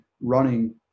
running